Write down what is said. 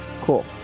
Cool